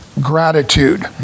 Gratitude